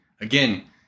Again